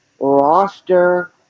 Roster